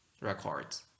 records